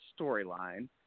storyline